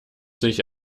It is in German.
sich